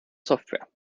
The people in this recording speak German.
software